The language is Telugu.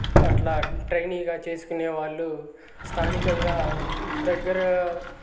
అట్లా ట్రైనీగా చేసుకునే వాళ్ళు స్థానికంగా దగ్గర